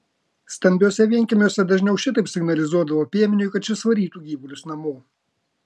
stambiuose vienkiemiuose dažniau šitaip signalizuodavo piemeniui kad šis varytų gyvulius namo